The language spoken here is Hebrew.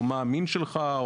או מה המין שלך,